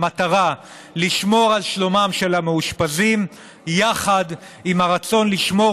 המטרה לשמור על שלומם של המאושפזים יחד עם הרצון לשמור